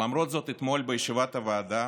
אבל למרות זאת, אתמול בישיבת הוועדה